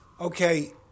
Okay